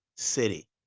City